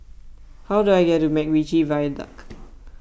how do I get to MacRitchie Viaduct